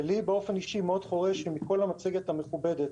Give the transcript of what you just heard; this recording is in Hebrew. לי באופן אישי מאוד מפריע שמכל המצגת המכובדת